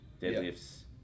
deadlifts